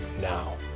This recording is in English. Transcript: now